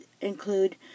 include